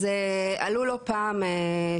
אגב,